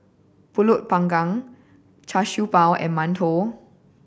Pulut Panggang Char Siew Bao and mantou